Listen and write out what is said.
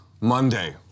monday